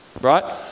Right